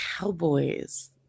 Cowboys